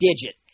digit